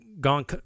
gone